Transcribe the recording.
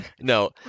No